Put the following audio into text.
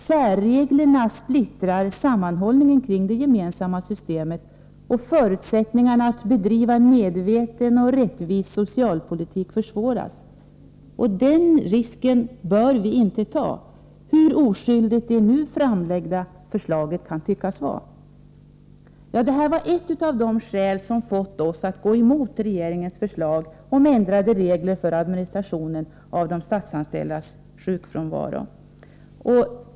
Särreglerna splittrar sammanhållningen kring det gemensamma systemet, och förutsättningarna att bedriva en medveten och rättvis socialpolitik försvåras. Den risken bör vi inte ta, hur oskyldigt det nu framlagda förslaget än kan tyckas vara. Det här var ett av de skäl som fått oss att gå emot regeringens förslag om ändrade regler för administrationen av de statsanställdas sjukfrånvaro.